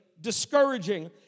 discouraging